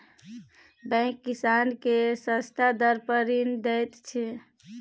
bank किसान केँ सस्ता दर पर ऋण दैत छै